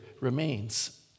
remains